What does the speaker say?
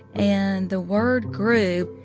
and the word grew.